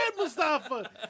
Mustafa